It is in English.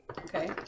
Okay